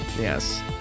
Yes